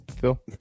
Phil